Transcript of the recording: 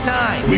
time